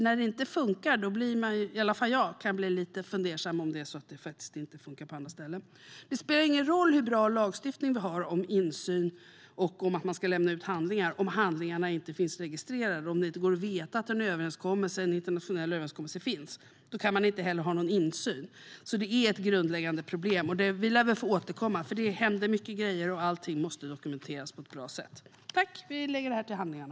När det inte funkar kan man - i alla fall jag - nämligen bli lite fundersam över om det är så att det faktiskt inte funkar på andra ställen. Det spelar ingen roll hur bra lagstiftning vi har om insyn och om att handlingar ska lämnas ut om handlingarna inte finns registrerade. Om det inte går att veta om en internationell överenskommelse finns kan man inte heller ha någon insyn. Det är alltså ett grundläggande problem. Vi lär väl få återkomma, för det händer mycket grejer och allting måste dokumenteras på ett bra sätt. Vi lägger detta till handlingarna.